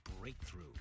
breakthrough